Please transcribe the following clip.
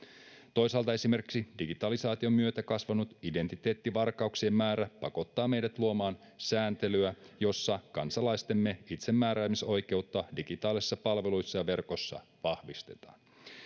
toisaalta esimerkiksi digitalisaation myötä kasvanut identiteettivarkauksien määrä pakottaa meidät luomaan sääntelyä jossa kansalaistemme itsemääräämisoikeutta digitaalisissa palveluissa ja verkossa vahvistetaan